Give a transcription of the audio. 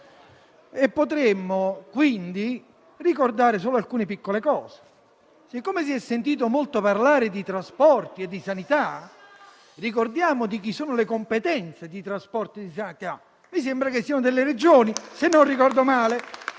Potremmo quindi ricordare solo alcune piccole cose. Siccome si è sentito molto parlare di trasporti e sanità, ricordiamo di chi sono le competenze in questi ambiti. Mi sembra che siano delle Regioni, se non ricordo male.